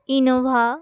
Innova